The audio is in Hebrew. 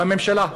בממשלה,